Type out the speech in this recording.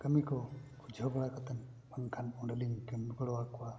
ᱠᱟᱹᱢᱤ ᱠᱚ ᱵᱩᱡᱷᱟᱹᱣ ᱵᱟᱲᱟ ᱠᱟᱛᱮᱱ ᱵᱟᱝᱠᱷᱟᱱ ᱚᱸᱰᱮ ᱞᱤᱧ ᱠᱟᱹᱢᱤ ᱜᱚᱲᱚ ᱟᱠᱚᱣᱟ